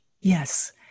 Yes